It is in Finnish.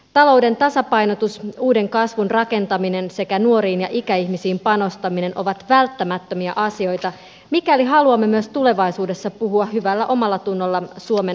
talouden tasapainotus uuden kasvun rakentaminen sekä nuoriin ja ikäihmisiin panostaminen ovat välttämättömiä asioita mikäli haluamme myös tulevaisuudessa puhua hyvällä omallatunnolla suomen hyvinvointivaltiosta